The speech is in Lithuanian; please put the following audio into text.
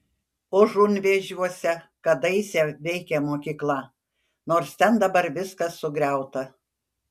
užunvėžiuose kadaise veikė mokykla nors ten dabar viskas sugriauta